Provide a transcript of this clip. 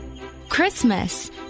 Christmas